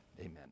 Amen